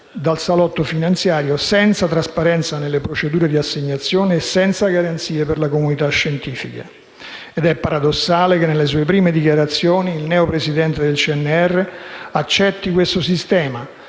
dal salotto finanziario, senza trasparenza nelle procedure di assegnazione e senza garanzie per la comunità scientifica. È paradossale che, nelle sue prime dichiarazioni, il neo Presidente del CNR accetti questo sistema